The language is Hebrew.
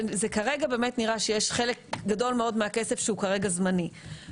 שיש חלק גדול מהכסף שהוא כרגע זמני.